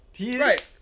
Right